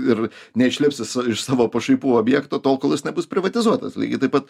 ir neišlips jis iš savo pašaipų objekto tol kol jis nebus privatizuotas lygiai taip pat